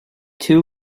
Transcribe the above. two